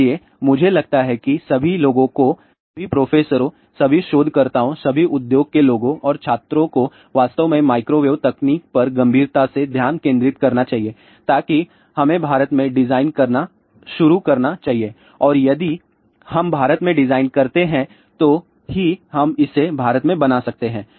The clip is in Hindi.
इसलिए मुझे लगता है कि सभी लोगों को सभी प्रोफेसरों सभी शोधकर्ताओं सभी उद्योग के लोगों और छात्रों को वास्तव में माइक्रोवेव तकनीक पर गंभीरता से ध्यान केंद्रित करना चाहिए ताकि हमें भारत में डिजाइन करना शुरू करना चाहिए और यदि हम भारत में डिजाइन करते हैं तो ही हम इसे भारत में बना सकते हैं